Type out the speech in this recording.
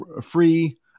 free